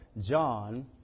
John